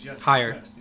Higher